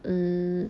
mm